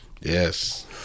Yes